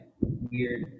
weird